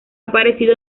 aparecido